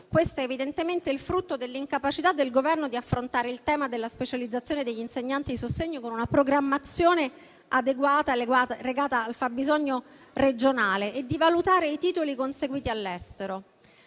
Ciò è evidentemente frutto dell'incapacità del Governo di affrontare il tema della specializzazione degli insegnanti di sostegno con una programmazione adeguata, legata al fabbisogno regionale e di valutare i titoli conseguiti all'estero.